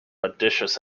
audacious